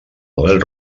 model